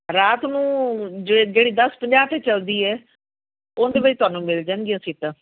ਰਾਤ ਨੂੰ ਜੇ ਜਿਹੜੀ ਦਸ ਪੰਜਾਹ 'ਤੇ ਚੱਲਦੀ ਹੈ ਉਹਦੇ ਵਿੱਚ ਤੁਹਾਨੂੰ ਮਿਲ ਜਾਣਗੀਆਂ ਸੀਟਾਂ